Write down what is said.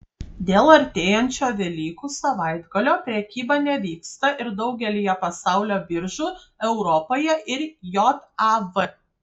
dėl artėjančio velykų savaitgalio prekyba nevyksta ir daugelyje pasaulio biržų europoje ir jav